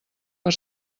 per